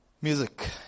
music